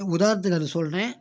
உதாரணத்துக்கு அது சொல்கிறேன்